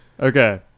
Okay